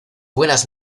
buenas